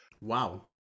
wow